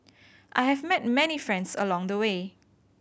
I have met many friends along the way